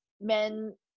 men